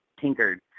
tinkered